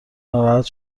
ناراحت